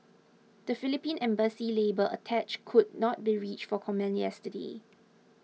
the Philippine Embassy's labour attach could not be reached for comment yesterday